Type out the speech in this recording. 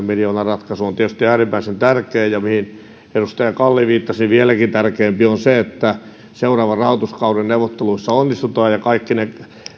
miljoonan ratkaisu on tietysti äärimmäisen tärkeä ja se mihin edustaja kalli viittasi vieläkin tärkeämpi se että seuraavan rahoituskauden neuvotteluissa onnistutaan ja kaikki ne